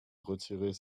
retirer